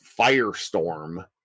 firestorm